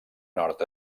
nord